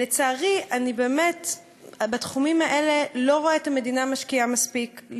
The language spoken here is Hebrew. לצערי אני באמת בתחומים האלה לא רואה את המדינה משקיעה מספיק,